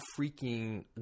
freaking